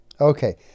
Okay